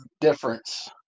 difference